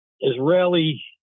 israeli